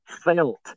felt